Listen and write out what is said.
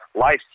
life